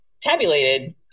tabulated